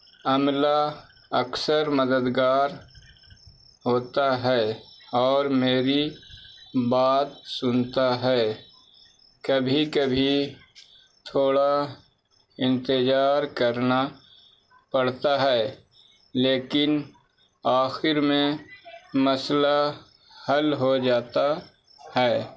عملہ اکثر مددگار ہوتا ہے اور میری بات سنتا ہے کبھی کبھی تھوڑا انتظار کرنا پڑتا ہے لیکن آخر میں مسئلہ حل ہو جاتا ہے